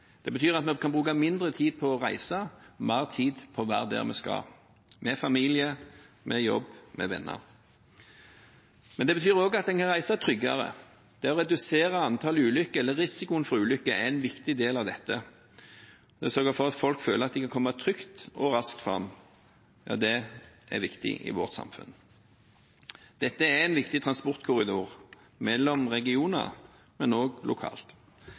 Det betyr at vi kan bruke mindre tid på å reise og mer tid på å være der vi skal, med familie, på jobb, med venner. Men det betyr også at man kan reise tryggere. Det å redusere antall ulykker, eller risikoen for ulykker, er en viktig del av dette. Å sørge for at folk føler at de kan komme trygt og raskt fram, er viktig i vårt samfunn. Dette er en viktig transportkorridor mellom regioner, men også lokalt.